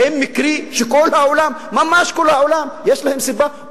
האם מקרי שכל העולם, ממש כל העולם, יש להם סיבה.